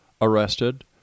arrested